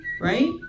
right